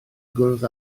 gwrdd